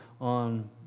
on